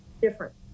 different